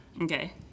Okay